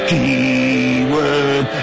Keyword